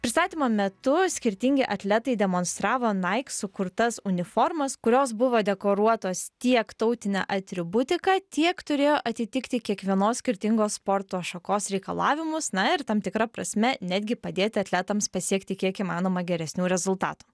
pristatymo metu skirtingi atletai demonstravo nike sukurtas uniformas kurios buvo dekoruotos tiek tautine atributika tiek turėjo atitikti kiekvienos skirtingos sporto šakos reikalavimus na ir tam tikra prasme netgi padėti atletams pasiekti kiek įmanoma geresnių rezultatų